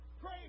Pray